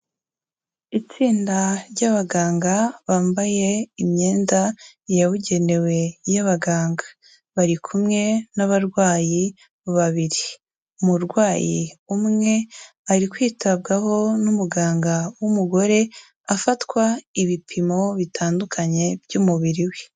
Itsinda ry'abaganga bambaye imyenda yabugenewe y'abaganga, bari kumwe n'abarwayi babiri, umurwayi umwe ari kwitabwaho n'umuganga w'umugore, afatwa ibipimo bitandukanye by'umubiri we.